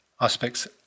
aspects